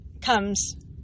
comes